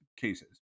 cases